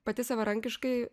pati savarankiškai